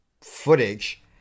footage